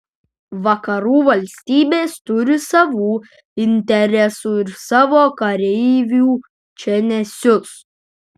vakarų valstybės turi savų interesų ir savo kareivių čia nesiųs